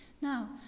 Now